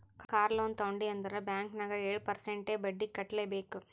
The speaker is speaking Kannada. ಕಾರ್ ಲೋನ್ ತೊಂಡಿ ಅಂದುರ್ ಬ್ಯಾಂಕ್ ನಾಗ್ ಏಳ್ ಪರ್ಸೆಂಟ್ರೇ ಬಡ್ಡಿ ಕಟ್ಲೆಬೇಕ್